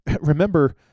Remember